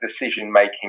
decision-making